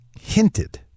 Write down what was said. hinted